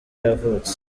yavutse